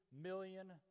million